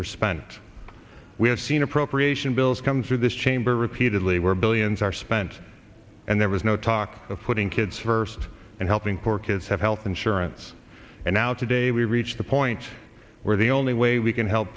were spent we have seen appropriation bills come through this chamber repeatedly where billions are spent and there was no talk of putting kids first and helping poor kids have health insurance and now today we reach the point where the only way we can help